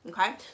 okay